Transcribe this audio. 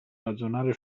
ragionare